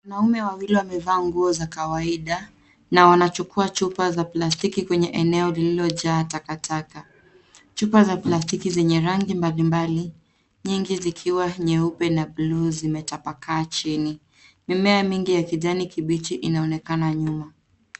Wanaume wawili waliovaa nguo za kawaida na wanachukua chupa za plastiki kwenye eneo lililojaa takataka. Chupa za plastiki zenye rangi mbalimbali, nyingi zikiwa nyeupe na bluu zikiwazimetapakaa chini. Mimea mingi ya kijani kibichi inaonekanma nyuma.